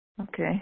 okay